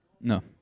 No